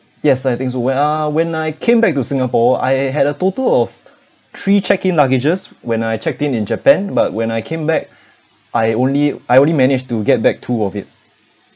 yes I think so when uh when I came back to singapore I had a total of three check in luggages when I checked in in japan but when I came back I only I only managed to get back two of it